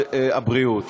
הבריאות.